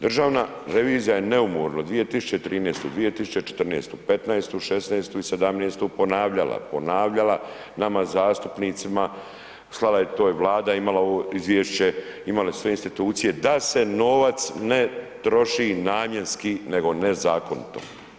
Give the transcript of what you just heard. Državna revizija je neumorno 2013., 2014., 2015., 2016. i 2017. ponavljala, ponavljala nama zastupnicima, slala je to je Vlada imala izvješće, imale sve institucije, da se novac ne troši namjenski nego nezakonito.